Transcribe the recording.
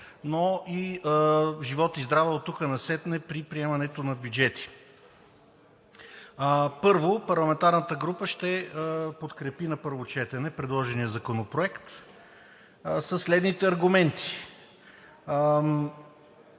но и живот и здраве, оттук насетне при приемането на бюджети. Първо, парламентарната група ще подкрепи на първо четене предложения законопроект със следните аргументи: